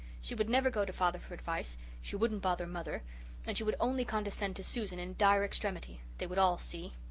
she would never go to father for advice she wouldn't bother mother and she would only condescend to susan in dire extremity. they would all see!